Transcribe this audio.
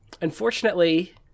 unfortunately